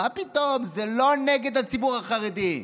מה פתאום, זה לא נגד הציבור החרדי.